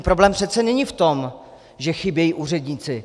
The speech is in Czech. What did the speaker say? Problém přece není v tom, že chybějí úředníci.